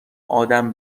آدم